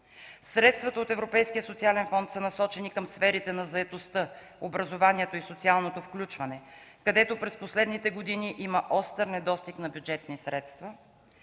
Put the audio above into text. средствата от Европейския социален фонд са насочени към сферите на заетостта, образованието и социалното включване, където през последните години има остър недостиг на бюджетни средства;